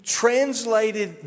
translated